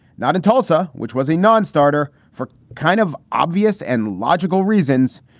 not in tulsa, which was a non-starter for kind of obvious and logical reasons,